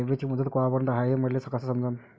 ठेवीची मुदत कवापर्यंत हाय हे मले कस समजन?